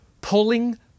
pulling